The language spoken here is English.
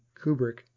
kubrick